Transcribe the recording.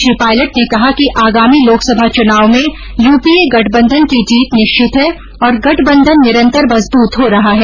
श्री पायलट ने कहा कि आगामी लोकसभा चुनाव में यूपीए गठबंधन की जीत निश्चित है और गठबंधन निरंतर मजबूत हो रहा है